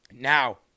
Now